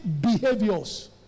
behaviors